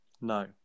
No